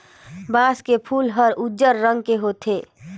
बांस के फूल हर उजर रंग के होथे